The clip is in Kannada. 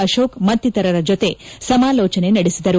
ಅಶೋಕ ಮತ್ತಿತರ ಜೊತೆ ಸಮಾಲೋಚನೆ ನಡೆಸಿದರು